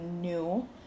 new